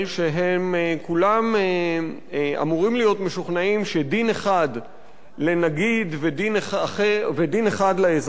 שהם כולם אמורים להיות משוכנעים שדין אחד לנגיד ודין אחד לאזרח,